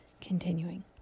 Continuing